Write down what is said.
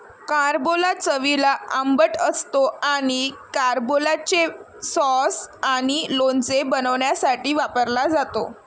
carambola चवीला आंबट असतो आणि कॅरंबोलाचे सॉस आणि लोणचे बनवण्यासाठी वापरला जातो